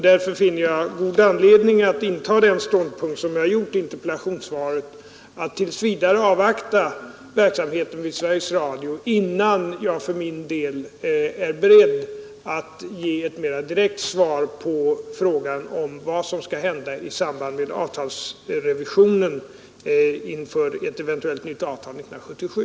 Därför har jag funnit god anledning att inta den ståndpunkt jag gjort i interpellationssvaret, alltså att tills vidare avvakta verksamheten vid Sveriges Radio innan jag är beredd att ge ett mera direkt svar på frågan om vad som skall hända i samband med avtalsrevisionen inför ett eventuellt nytt avtal 1977.